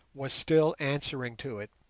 was still answering to it.